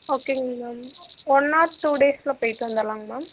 ஓகேங்க ma'am one or two டேஸில் போய்ட்டு வந்துடலாங்க மேம்